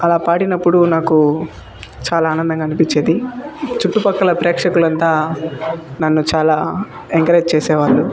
అలా పాడినప్పుడు నాకు చాలా ఆనందంగా అనిపించేది చుట్టుపక్కల ప్రేక్షకులంతా నన్ను చాలా ఎంకరేజ్ చేసేవాళ్ళు